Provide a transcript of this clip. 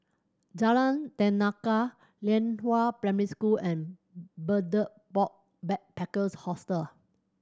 Jalan Tenaga Lianhua Primary School and Betel Box Backpackers Hostel